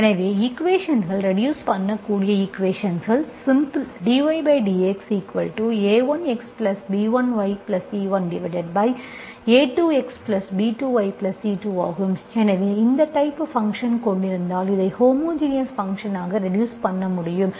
எனவே ஈக்குவேஷன்ஸ்கள் ரெடியூஸ் பண்ணக்கூடிய ஈக்குவேஷன்ஸ்கள் சிம்பிள் dydxa1xb1yC1a2xb2yC2 ஆகும் எனவே இந்த டைப்பு ஃபங்க்ஷன் கொண்டிருந்தால் இதை ஹோமோஜினஸ் ஃபங்க்ஷன் ஆக ரெடியூஸ் பண்ண முடியும்